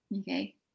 Okay